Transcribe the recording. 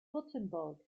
württemberg